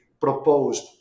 proposed